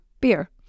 Beer